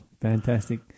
Fantastic